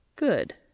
good